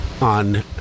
on